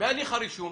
בהליך הרישום,